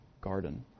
garden